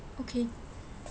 okay